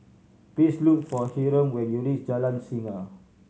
please look for Hyrum when you reach Jalan Singa